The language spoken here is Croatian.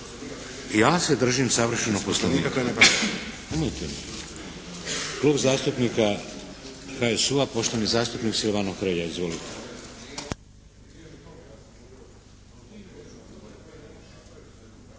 Ja se držim savršeno Poslovnika. Klub zastupnika HSU-a, poštovani zastupnik Silvano Hrelja. Izvolite.